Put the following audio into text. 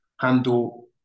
handle